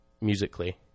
musically